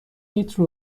لیتر